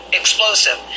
explosive